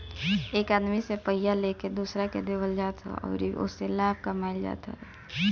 एक आदमी से पइया लेके दोसरा के देवल जात ह अउरी ओसे लाभ कमाइल जात बाटे